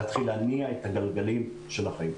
להתחיל להניע את הגלגלים של החיים.